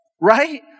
right